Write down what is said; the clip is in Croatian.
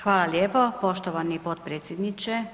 Hvala lijepo poštovani potpredsjedniče.